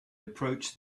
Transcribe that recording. approached